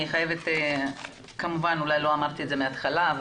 אולי לא אמרתי מההתחלה,